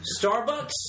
Starbucks